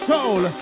Soul